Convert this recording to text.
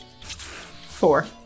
Four